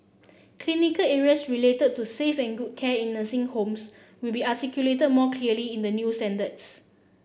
clinical areas related to safe and good care in the same homes will be articulated more clearly in the new standards